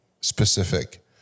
specific